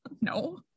No